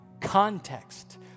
Context